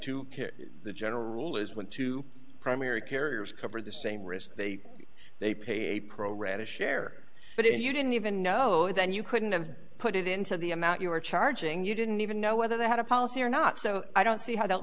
to the general rule is went to primary carriers cover the same risk they they pay a pro rata share but if you didn't even know then you couldn't have put it into the amount you were charging you didn't even know whether they had a policy or not so i don't see how that